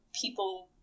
people